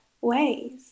ways